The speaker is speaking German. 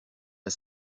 das